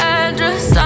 address